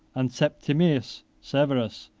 and septimius severus,